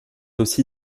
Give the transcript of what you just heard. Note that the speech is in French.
aussi